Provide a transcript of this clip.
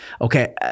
okay